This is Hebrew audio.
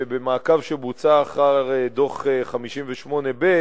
ובמעקב שבוצע אחר דוח 58ב,